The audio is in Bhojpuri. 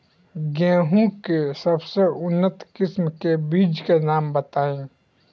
गेहूं के सबसे उन्नत किस्म के बिज के नाम बताई?